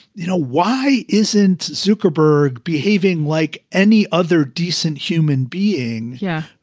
you know, why isn't zuckerberg behaving like any other decent human being? yeah,